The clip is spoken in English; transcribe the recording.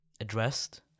addressed